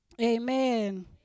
Amen